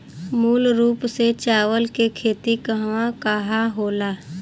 मूल रूप से चावल के खेती कहवा कहा होला?